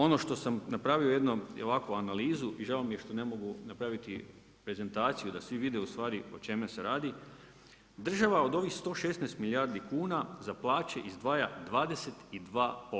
Ono što sam napravio jednom i ovako analizu i žao mi je što ne mogu napraviti prezentaciju da svi vide ustvari o čemu se radi, država od ovih 116 milijardi kuna za plaće izdvaja 22%